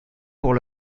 pour